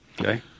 Okay